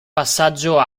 passaggio